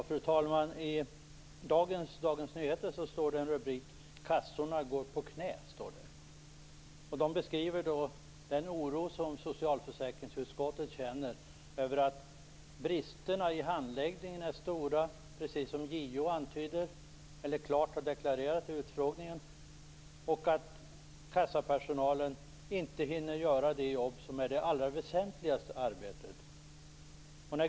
Fru talman! I Dagens Nyheter i dag finns en rubrik där det står: "Kassorna går på knä". Där beskrivs den oro som socialförsäkringsutskottet känner över att bristerna i handläggningen är stora, precis som JO klart har deklarerat vid utfrågningen, och att kassapersonalen inte hinner göra det jobb som är allra väsentligast.